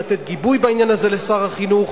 שאנחנו צריכים לתת גיבוי בעניין הזה לשר החינוך,